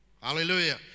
Hallelujah